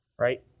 Right